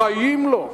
בחיים לא,